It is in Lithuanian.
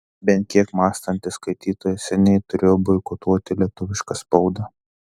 bent kiek mąstantis skaitytojas seniai turėjo boikotuoti lietuvišką spaudą